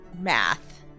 math